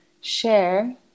share